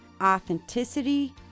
authenticity